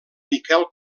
miquel